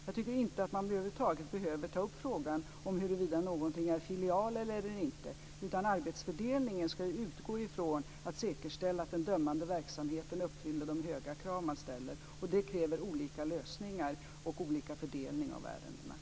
Jag tycker inte att man över huvud taget behöver ta upp frågan om huruvida någonting är filial eller inte, utan arbetsfördelningen ska utgå från ett säkerställande av att den dömande verksamheten uppfyller de höga krav man ställer. Det kräver olika lösningar och olika fördelning av ärendena.